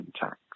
tax